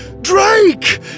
Drake